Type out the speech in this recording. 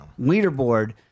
leaderboard